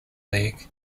league